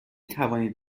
توانید